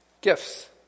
gifts